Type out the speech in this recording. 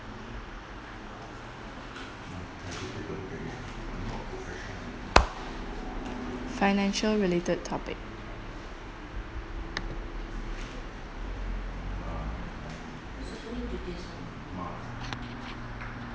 financial related topic